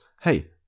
hey